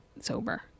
sober